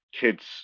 kids